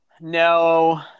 No